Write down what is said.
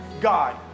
God